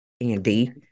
Andy